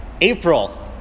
April